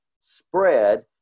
spread